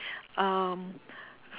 um